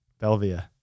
Belvia